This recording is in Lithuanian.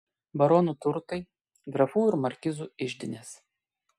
baronų turtai grafų ir markizų iždinės